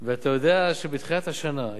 אתה יודע שבתחילת השנה,